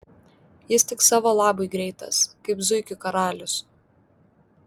jis tik savo labui greitas kaip zuikių karalius